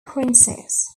princess